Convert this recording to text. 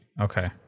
Okay